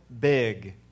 big